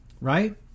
right